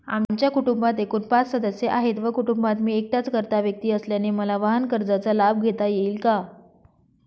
आमच्या कुटुंबात एकूण पाच सदस्य आहेत व कुटुंबात मी एकटाच कर्ता व्यक्ती असल्याने मला वाहनकर्जाचा लाभ घेता येईल का?